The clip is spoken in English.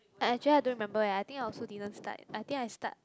actually I don't remember eh I think I also didn't start I think I start